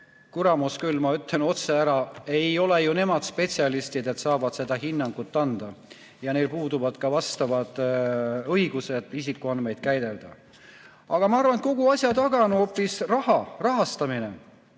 kuramus küll, ma ütlen otse ära, ei ole ju nemad spetsialistid, et saavad seda hinnangut anda, ja neil puuduvad vastavad õigused isikuandmeid käidelda. Aga ma arvan, et kogu asja taga on hoopis raha, rahastamine.